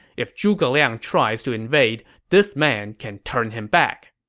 if zhuge liang tries to invade, this man can turn him back.